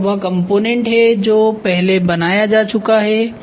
यह वह कॉम्पोनेन्ट है जो पहले बनाया जा चुका है